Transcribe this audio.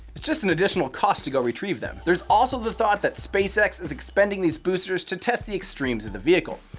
it's just an additional cost to go retrieve them. there's also the thought that spacex is expending these boosters to test the extremes of and the vehicle,